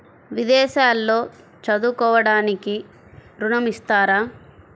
విదేశాల్లో చదువుకోవడానికి ఋణం ఇస్తారా?